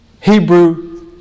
Hebrew